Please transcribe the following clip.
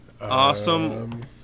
Awesome